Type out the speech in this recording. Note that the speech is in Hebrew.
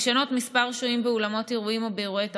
לשנות את מספר השוהים באולמות אירועים ובאירועי תרבות,